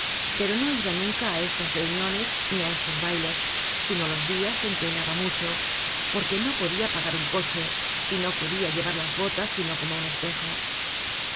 pero no iba nunca á estas reuniones ni á estos bailes sino los dias en que helaba mucho porque no podia pagar un coche y no queria llevar las botas sino como un espejo